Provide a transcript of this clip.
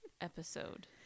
episode